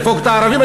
לדפוק את הערבים,